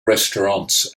restaurants